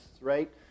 right